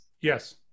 Yes